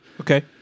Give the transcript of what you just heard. Okay